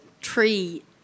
tree